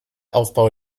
aufbau